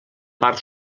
part